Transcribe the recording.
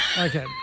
Okay